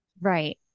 Right